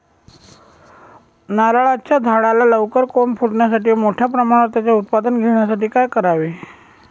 नारळाच्या झाडाला लवकर कोंब फुटण्यासाठी व मोठ्या प्रमाणावर त्याचे उत्पादन घेण्यासाठी काय करावे लागेल?